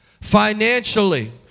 financially